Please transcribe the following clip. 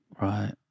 Right